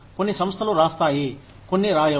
కొన్ని సంస్థలు రాస్థాయి కొన్నిరాయవు